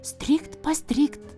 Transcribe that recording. strykt pastrykt